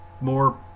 more